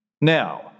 Now